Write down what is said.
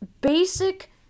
basic